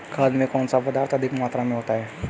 खाद में कौन सा पदार्थ अधिक मात्रा में होता है?